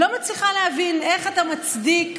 לא מצליחה להבין איך אתה מצדיק,